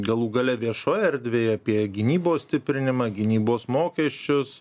galų gale viešoj erdvėj apie gynybos stiprinimą gynybos mokesčius